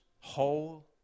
whole